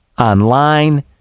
online